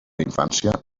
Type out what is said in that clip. infància